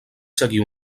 seguir